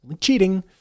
Cheating